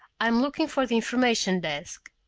i'm looking for the information desk.